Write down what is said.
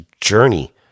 journey